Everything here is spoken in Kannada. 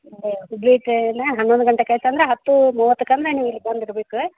ಹನ್ನೊಂದು ಗಂಟೆಗ್ ಐತಂದರೆ ಹತ್ತು ಮೂವತ್ತಕ್ಕಂದರೆ ನೀವು ಇಲ್ಲಿ ಬಂದು ಇರ್ಬೇಕು